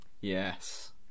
yes